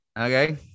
okay